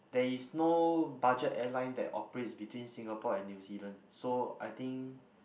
there is no budget airline that operates between Singapore and New-Zealand so I think